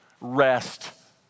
rest